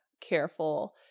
careful